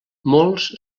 molts